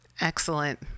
Excellent